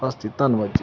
ਬਸ ਜੀ ਧੰਨਵਾਦ ਜੀ